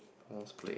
pause play